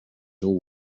all